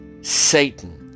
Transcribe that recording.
Satan